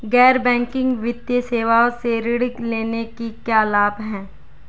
गैर बैंकिंग वित्तीय सेवाओं से ऋण लेने के क्या लाभ हैं?